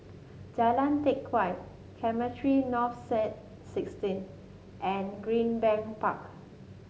Jalan Teck Whye Cemetry North Saint sixteen and Greenbank Park